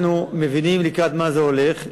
אנחנו מבינים לקראת מה זה הולך.